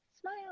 Smile